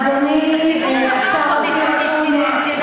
אדוני השר אקוניס,